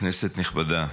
כנסת נכבדה,